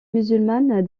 musulmane